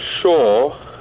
sure